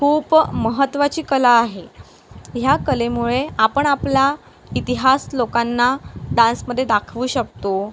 खूप महत्त्वाची कला आहे ह्या कलेमुळे आपण आपला इतिहास लोकांना डान्समध्ये दाखवू शकतो